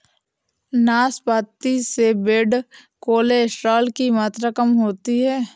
नाशपाती से bad cholesterol की मात्रा कम होती है